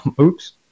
Oops